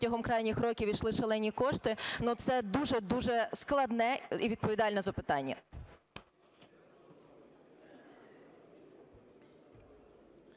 протягом крайніх років ішли шалені кошти, ну, це дуже-дуже складне і відповідальне запитання.